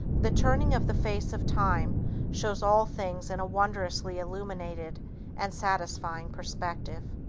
the turning of the face of time shows all things in a wondrously illuminated and satisfying perspective.